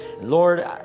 Lord